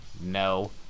No